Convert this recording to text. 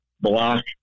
Block